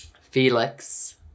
Felix